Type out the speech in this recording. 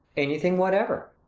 anything whatever.